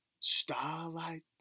starlight